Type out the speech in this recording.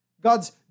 God's